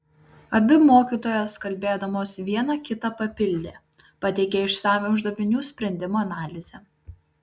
abi mokytojos kalbėdamos viena kitą papildė pateikė išsamią uždavinių sprendimo analizę